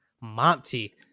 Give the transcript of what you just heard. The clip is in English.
Monty